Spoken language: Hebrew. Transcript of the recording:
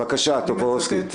בבקשה, חבר הכנסת טופורובסקי.